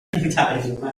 دادهها